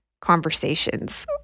conversations